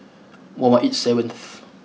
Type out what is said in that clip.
one one eight seventh